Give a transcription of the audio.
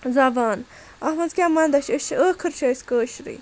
زبان اَتھ منٛز کیٛاہ مَندَچھ أسۍ چھِ ٲخٕر چھِ أسۍ کٲشرُے